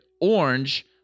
orange